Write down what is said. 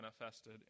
manifested